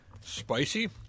spicy